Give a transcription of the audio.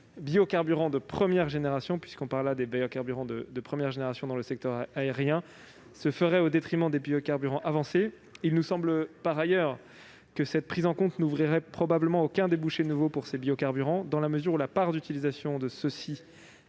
ou biocarburants de première génération, puisque l'on parle là des biocarburants de première génération dans le secteur aérien, se ferait au détriment des biocarburants avancés. Il nous semble par ailleurs que cette prise en compte n'ouvrirait probablement aucun débouché nouveau pour ces biocarburants, dans la mesure où la part d'utilisation de ceux-ci dans